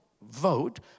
vote